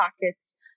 pockets